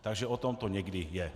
Takže o tom to někdy je.